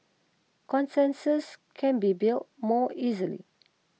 consensus can be built more easily